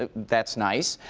ah that's nice.